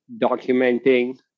documenting